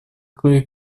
кое